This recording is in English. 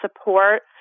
support